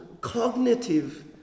cognitive